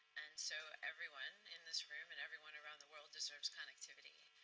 and so everyone in this room and everyone around the world deserves connectivity.